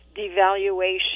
devaluation